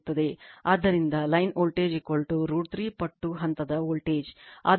ಆದ್ದರಿಂದ line voltage √ 3 ಪಟ್ಟು ಹಂತದ ವೋಲ್ಟೇಜ್